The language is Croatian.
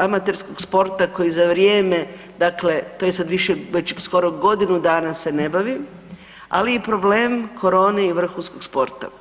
amaterskog sporta koji za vrijeme, dakle to je sad više već skoro godinu dana se ne bavi, ali i problem korone i vrhunskog sporta.